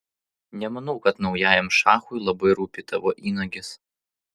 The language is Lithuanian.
nemanau kad naujajam šachui labai rūpi tavo įnagis